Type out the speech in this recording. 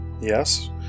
yes